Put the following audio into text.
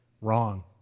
Wrong